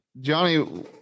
Johnny